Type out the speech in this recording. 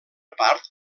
part